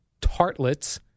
tartlets